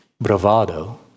bravado